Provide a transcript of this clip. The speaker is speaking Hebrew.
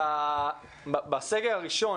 בסגר הראשון,